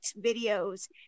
videos